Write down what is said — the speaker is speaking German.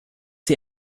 sie